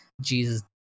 jesus